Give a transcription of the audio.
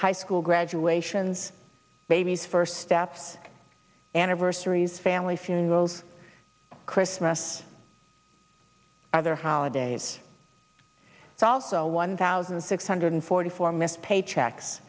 high school graduations baby's first steps anniversaries family funerals christmas other holidays it's also one thousand six hundred forty four miss paychecks